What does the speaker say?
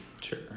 Sure